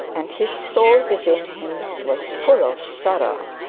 and his soul within him was full of sorrow.